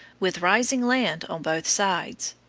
with rising land on both sides.